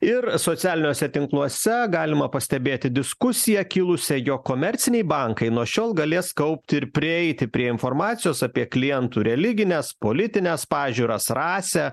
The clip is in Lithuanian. ir socialiniuose tinkluose galima pastebėti diskusiją kilusią jog komerciniai bankai nuo šiol galės kaupti ir prieiti prie informacijos apie klientų religines politines pažiūras rasę